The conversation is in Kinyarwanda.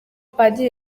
padiri